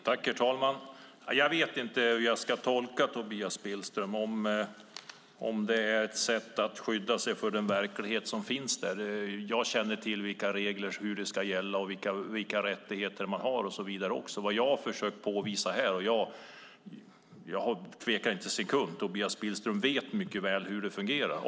Herr talman! Jag vet inte hur jag ska tolka Tobias Billström, om det handlar om ett sätt att skydda sig mot den verklighet som finns. Jag känner till reglerna, vad som ska gälla, vilka rättigheter man har och så vidare. Jag tvekar inte en sekund om att Tobias Billström mycket väl vet hur det fungerar.